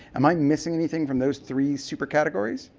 am i missing anything from those three super categories?